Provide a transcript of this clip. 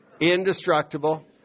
indestructible